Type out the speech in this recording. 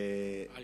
הוא